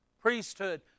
priesthood